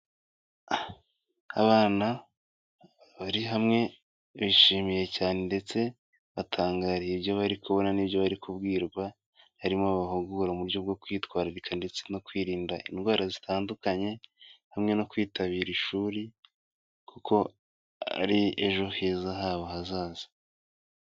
Abana bari hamwe, bishimiye cyane ndetse batangariye ibyo bari kubona n'ibyo bari kubwirwa, barimo bahugura mu buryo bwo kwitwararika ndetse no kwirinda indwara zitandukanye, hamwe no kwitabira ishuri, kuko ari ejo heza habo hazaza.